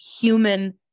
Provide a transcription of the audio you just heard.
human